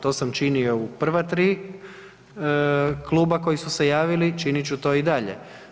To sam činio u prva tri kluba koji su se javili, činit ću to i dalje.